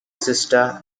sister